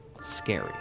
scary